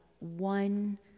one